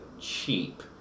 cheap